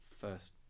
first